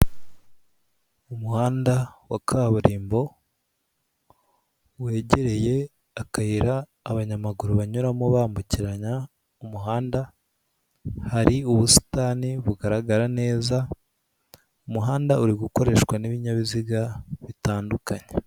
Umuhanda wa kaburimbo wegereye akayira abanyamaguru banyuramo bambukiranya umuhanda. Hari ubusitani bugaragara neza, umuhanda uri gukoreshwa n'ibinyabiziga bitandukanye.